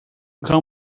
cão